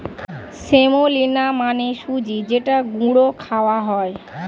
semolina মানে সুজি যেটা গুঁড়ো খাওয়া হয়